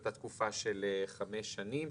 אותה תקופה של חמש שנים,